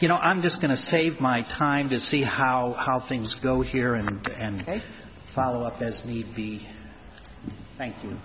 you know i'm just going to save my time to see how things go here and and follow up as need be t